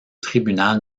tribunal